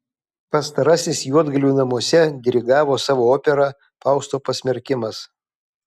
pastarasis juodgalvių namuose dirigavo savo operą fausto pasmerkimas